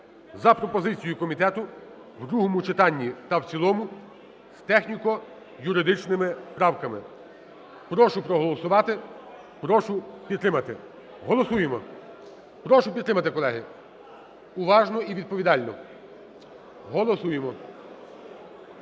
за пропозицією комітету в другому читанні та в цілому з техніко-юридичними правками. Прошу проголосувати. Прошу підтримати. Голосуємо. Прошу підтримати, колеги. Уважно і відповідально. Голосуємо.